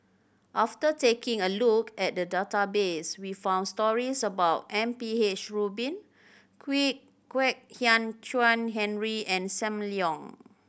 after taking a look at the database we found stories about M P H Rubin Kwek Hian Chuan Henry and Sam Leong